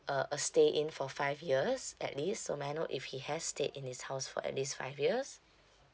uh a stay in for five years at least so may I know if he has stayed in this house for at least five years